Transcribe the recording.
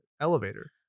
elevator